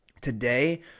today